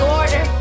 order